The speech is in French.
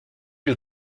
lui